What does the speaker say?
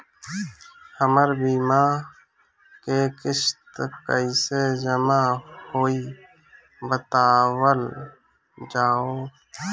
हमर बीमा के किस्त कइसे जमा होई बतावल जाओ?